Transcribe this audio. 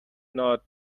not